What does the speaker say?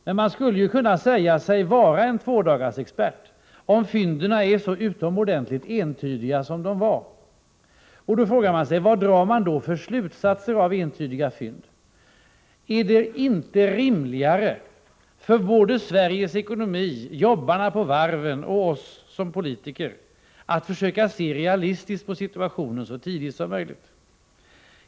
Men man skulle kunna säga sig vara en tvådagarsexpert om fynden är så utomordentligt entydiga som de var. Då frågar man sig vad det skall dras för slutsatser av entydiga fynd. Är det inte rimligare med hänsyn till Sveriges ekonomi, till jobbarna på varven och till oss som politiker att försöka se realistiskt på situationen så tidigt som möjligt?